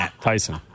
Tyson